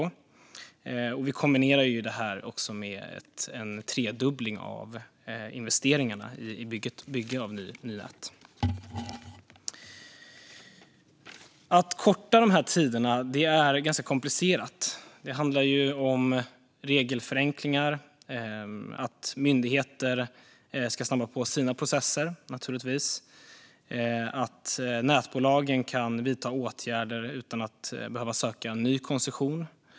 Och vi kombinerar det med en tredubbling av investeringarna i byggandet av nät. Att korta dessa tider är ganska komplicerat. Det handlar om regelförenklingar, om att myndigheter ska snabba på sina processer, naturligtvis, och om att nätbolagen kan vidta åtgärder utan att behöva söka ny koncession.